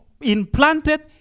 implanted